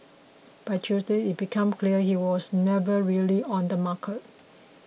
by Tuesday it became clear he was never really on the market